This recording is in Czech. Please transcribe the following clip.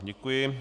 Děkuji.